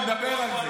ונדבר על זה.